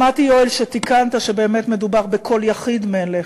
שמעתי, יואל, שתיקנת, שבאמת מדובר בכל יחיד מלך,